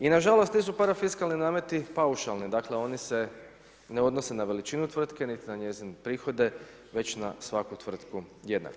I nažalost ti su parafiskalni nameti paušalni, dakle oni se ne odnose na veličinu tvrtke niti na njezine prihode već na svaku tvrtku jednako.